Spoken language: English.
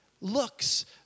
looks